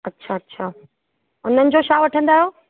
अच्छा अच्छा उन्हनि जो छा वठंदा आहियो